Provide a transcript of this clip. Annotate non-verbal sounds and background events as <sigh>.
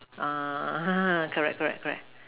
err <noise> correct correct correct